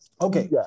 Okay